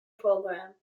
program